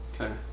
Okay